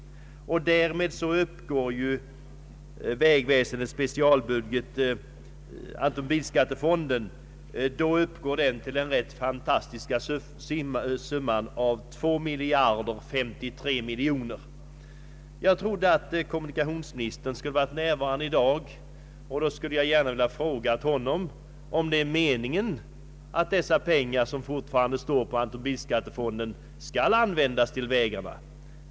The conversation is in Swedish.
Därmed uppgår vägväsendets specialbudget — automobilskattefonden — till den rätt fantastiska summan 2053 miljoner kronor. Jag trodde att kommunikationsministern skulle ha varit närvarande i dag. I så fall skulle jag gärna ha velat fråga honom om det är meningen att dessa pengar, som fortfarande står i automobilskattefonden, skall användas till vägarna.